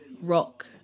rock